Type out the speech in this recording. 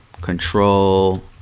control